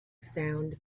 sound